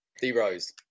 D-Rose